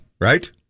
Right